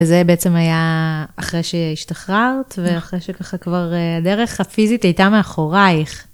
וזה בעצם היה אחרי שהשתחררת ואחרי שככה כבר הדרך הפיזית הייתה מאחורייך.